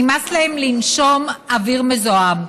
נמאס להם לנשום אוויר מזוהם,